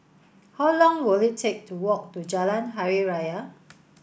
how long will it take to walk to Jalan Hari Raya